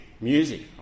Music